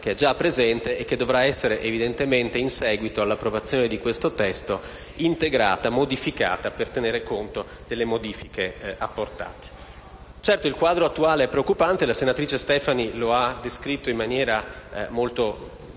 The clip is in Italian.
che è già presente e che dovrà essere integrata e modificata, in seguito all'approvazione del testo in esame, per tener conto delle modifiche apportate. Certo, il quadro attuale è preoccupante e la senatrice Stefani lo ha descritto in maniera molto